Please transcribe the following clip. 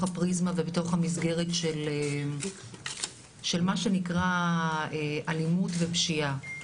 הפריזמה ובתוך המסגרת של מה שנקרא אלימות פשיעה.